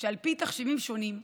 שעל פי תחשיבים שונים,